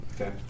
okay